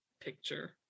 picture